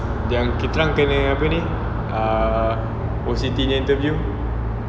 yang kita orang kena apa ni uh O_C_T punya interview